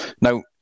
Now